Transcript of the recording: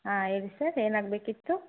ಆಂ ಹೇಳಿ ಸರ್ ಏನಾಗಬೇಕಿತ್ತು